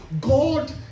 god